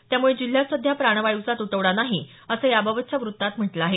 त्यामुळे जिल्ह्यात सध्या प्राणवायूचा तुटवडा नाही असं याबाबतच्या व्रत्तात म्हटलं आहे